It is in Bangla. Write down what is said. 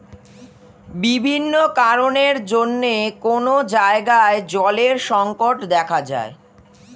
বিভিন্ন কারণের জন্যে কোন জায়গায় জলের সংকট দেখা যায়